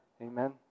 Amen